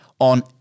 on